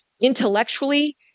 intellectually